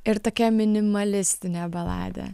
ir tokia minimalistinė baladė